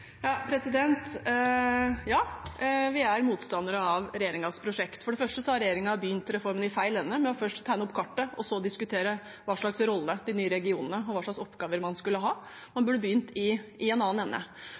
Ja, vi er motstandere av regjeringens prosjekt. For det første har regjeringen begynt reformen i feil ende med først å tegne opp kartet, og så diskutere hva slags rolle og hva slags oppgaver de nye regionene skulle ha. Man burde begynt i en annen ende.